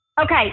Okay